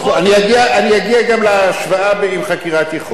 אני אגיע גם להשוואה עם חקירת יכולת,